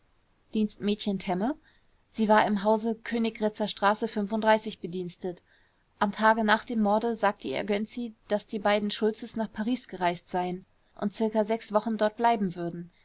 dienstmädchen temme sie war im hause königgrätzer straße bedienstet am tage nach dem morde sagte ihr gönczi daß die beiden schultzes nach paris gereist seien und ca wochen dort bleiben würden